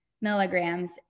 milligrams